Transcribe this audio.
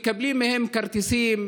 מקבלים מהם כרטיסים,